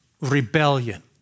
rebellion